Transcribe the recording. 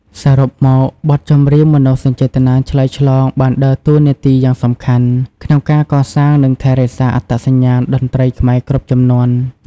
សរុបមក បទចម្រៀងមនោសញ្ចេតនាឆ្លើយឆ្លងបានដើរតួនាទីយ៉ាងសំខាន់ក្នុងការកសាងនិងថែរក្សាអត្តសញ្ញាណតន្ត្រីខ្មែរគ្រប់ជំនាន់។